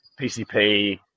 PCP